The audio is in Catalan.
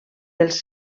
dels